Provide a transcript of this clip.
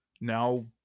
now